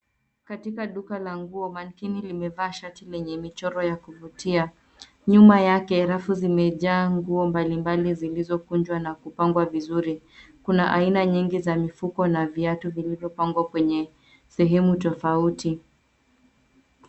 Katika duka la nguo cs[mankini]cs limevaa shati lenye michoro ya kuvutia. Nyuma yake rafu zimejaa nguo mbalimbali zilizokunjwa na kupangwa vizuri. Kuna aina nyingi za mifuko na viatu vilivyopangwa kwenye sehemu tofauti.